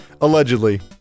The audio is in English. allegedly